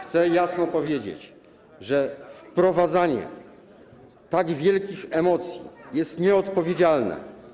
Chcę jasno powiedzieć, że wprowadzanie tak wielkich emocji jest nieodpowiedzialne.